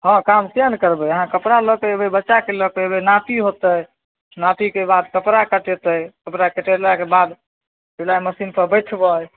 हँ काम किएक नहि करबै अहाँ कपड़ा लऽ कऽ अएबै बच्चाके लऽ कऽ अएबै नापी होतै नापीके बाद कपड़ा कटेतै ओकरा कटेलाके बाद सिलाइ मशीनपर बैठबै